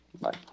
Bye